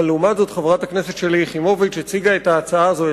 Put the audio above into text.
אבל לעומת זאת חברת הכנסת שלי יחימוביץ הציגה את ההצעה הזו,